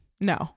No